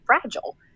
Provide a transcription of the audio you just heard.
fragile